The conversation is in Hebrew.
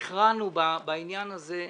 הכרענו בעניין הזה,